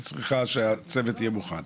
היא צריכה שהצוות יהיה מוכן.